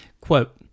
quote